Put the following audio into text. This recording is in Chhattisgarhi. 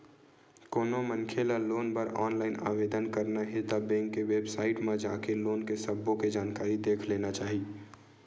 कोनो मनखे ल लोन बर ऑनलाईन आवेदन करना हे ता बेंक के बेबसाइट म जाके लोन के सब्बो के जानकारी देख लेना चाही